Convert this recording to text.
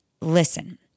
listen